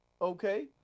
okay